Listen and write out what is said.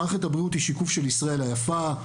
מערכת הבריאות היא שיקוף של ישראל היפה,